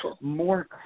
more